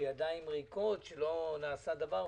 בידיים ריקות כי לא נעשה דבר.